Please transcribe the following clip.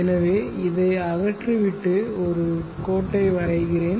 எனவே இதை அகற்றிவிட்டு ஒரு கோட்டை வருகிறேன்